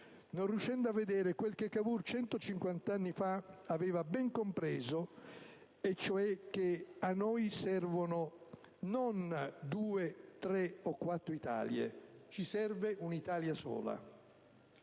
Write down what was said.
non riuscendo a vedere quel che Cavour, 150 anni fa, aveva ben compreso, e cioè che a noi non servono due, tre o quattro Italie: a noi serve una Italia sola.